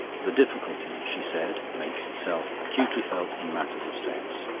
the difficulty, she said, makes itself acutely felt in matters of sex.